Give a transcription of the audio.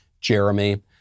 Jeremy